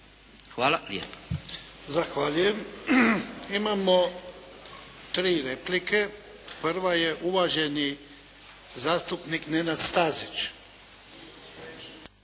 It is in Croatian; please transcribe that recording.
Ivan (HDZ)** Zahvaljujem. Imamo tri replike. Prva je uvaženi zastupnik Nenad Stazić.